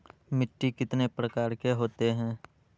मिट्टी कितने प्रकार के होते हैं?